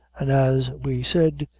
and, as we said,